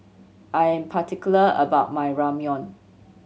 I am particular about my Ramyeon